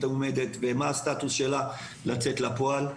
עומדת ומה הסטטוס שלה לצאת לפועל,